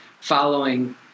following